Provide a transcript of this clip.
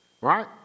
Right